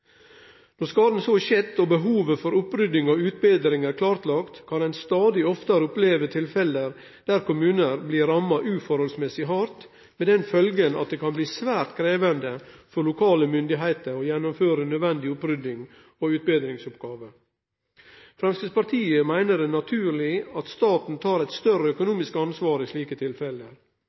Når skaden så har skjedd og behovet for opprydding og utbetring er klarlagt, kan ein stadig oftare oppleve tilfelle der kommunar blir ramma uforholdsmessig hardt, med den konsekvensen at det kan bli svært krevjande for lokale myndigheiter å gjennomføre nødvendige oppryddings- og utbetringsoppgåver. Framstegspartiet meiner det er naturleg at staten tek eit større økonomisk ansvar i slike